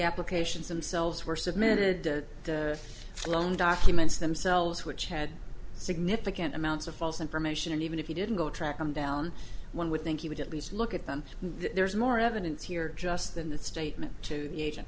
applications and selves were submitted their loan documents themselves which had significant amounts of false information and even if you didn't go track them down one would think you would at least look at them there's more evidence here just in that statement to the agent